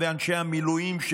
ואנשי המילואים,